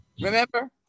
remember